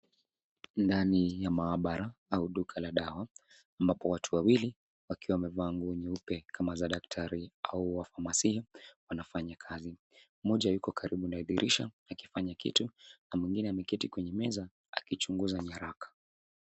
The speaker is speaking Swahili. Ndani ya maabara au duka la dawa ambapo watu wawili wakiwa wamevaa nguo nyeupe kama madakatari au wafamasia wanafanya kazi. Mmoja yuko karibu na dirisha akifanya kitu na mwengine ameketi kwenye meza akichunguza nyaraka.